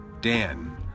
Dan